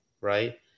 right